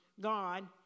God